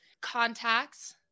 contacts